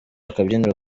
akabyiniro